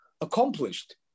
accomplished